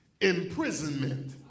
imprisonment